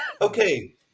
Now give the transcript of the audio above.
okay